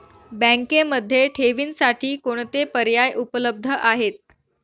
बँकेमध्ये ठेवींसाठी कोणते पर्याय उपलब्ध आहेत?